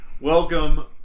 welcome